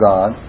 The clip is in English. God